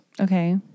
Okay